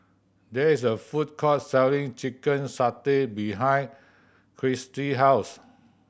there is a food court selling chicken satay behind house